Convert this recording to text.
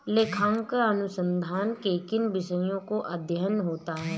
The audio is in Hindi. लेखांकन अनुसंधान में किन विषयों का अध्ययन होता है?